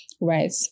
right